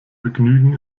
begnügen